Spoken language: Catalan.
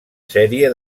sèrie